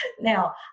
Now